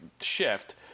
shift